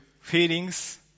feelings